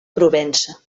provença